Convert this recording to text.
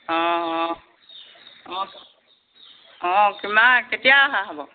অঁ অঁ কিমান কেতিয়া অহা হ'ব